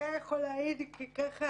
וגיא יכול להעיד, כי כך